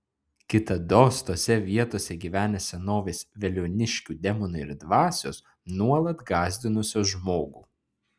kitados tose vietose gyvenę senovės veliuoniškių demonai ir dvasios nuolat gąsdinusios žmogų